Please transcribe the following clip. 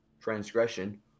transgression